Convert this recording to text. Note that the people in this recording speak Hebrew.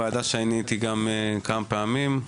ועדה שהייתי בה גם כמה פעמים,